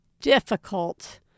difficult